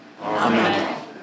Amen